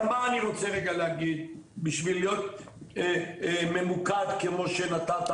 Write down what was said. אבל מה אני רוצה רגע להגיד בשביל להיות ממוקד כמו שנתת